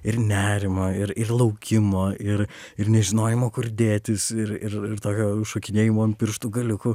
ir nerimo ir ir laukimo ir ir nežinojimo kur dėtis ir ir ir tokio šokinėjimo ant pirštų galiukų